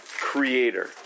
creator